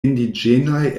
indiĝenaj